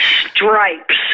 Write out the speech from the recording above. stripes